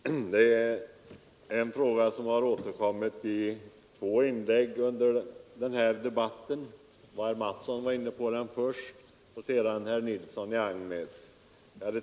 Herr talman! Det är en fråga som återkommit i två inlägg under den här debatten. Herr Mattsson i Lane-Herrestad var inne på den först och sedan herr Nilsson i Agnäs.